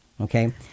okay